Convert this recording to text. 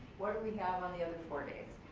what do we have on the other four days?